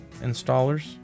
installers